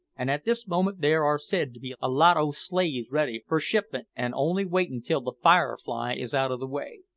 and at this moment there are said to be a lot o' slaves ready for shipment and only waitin' till the firefly is out of the way.